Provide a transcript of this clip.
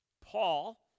Paul